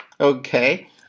Okay